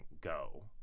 go